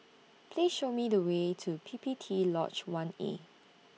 Please Show Me The Way to P P T Lodge one A